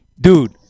Dude